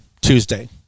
Tuesday